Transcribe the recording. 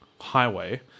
highway